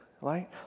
right